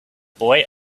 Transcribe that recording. boy